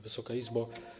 Wysoka Izbo!